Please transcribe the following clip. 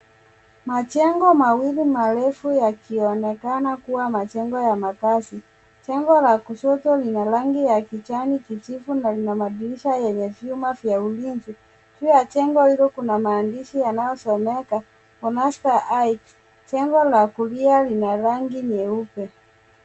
Majengo mawili marefu yakionekana kuwa majengo ya makaazi, jengo la kushoto lina rangi ya kijani kijivu na lina madirisha yenye vyuma vya ulinzi. Juu ya jengo hilo kuna maandishi yanayosomeka Onasta Height. Jengo la kulia lina rangi nyeupe.